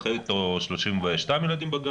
את חייבת שש מצלמות.